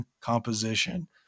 composition